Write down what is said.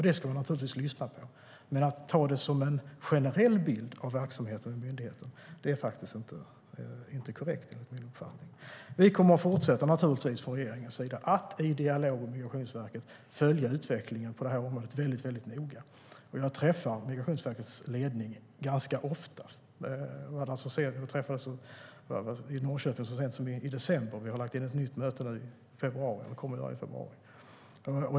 Det ska man naturligtvis lyssna på, men att uppfatta det som en generell bild av verksamheten är faktiskt inte korrekt, enligt min uppfattning. Vi från regeringen kommer naturligtvis att fortsätta att i dialog med Migrationsverket följa utvecklingen på det här området väldigt noga. Jag träffar Migrationsverkets ledning ganska ofta. Vi träffades i Norrköping så sent som i december, och vi har lagt in ett nytt möte i februari.